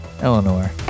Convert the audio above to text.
Eleanor